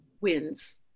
wins